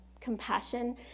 compassion